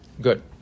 Good